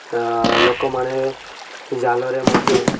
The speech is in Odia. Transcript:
ଲୋକମାନେ ଜାଲରେ ମଧ୍ୟ